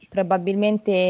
Probabilmente